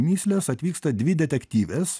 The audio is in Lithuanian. mįslės atvyksta dvi detektyvės